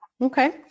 Okay